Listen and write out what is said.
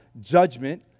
judgment